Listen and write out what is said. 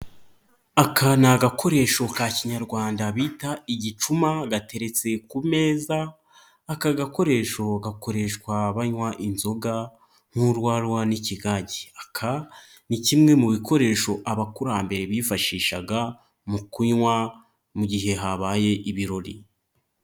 Aka ni agakoresho ka kinyarwanda bita igicuma gateretse ku meza, aka gakoresho gakoreshwa banywa inzoga nk'urwaywa n'ikigagi. Aka ni kimwe mu bikoresho abakurambere bifashishaga mu kunywa mu gihe habaye ibirori.